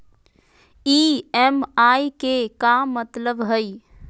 EMI के का मतलब हई?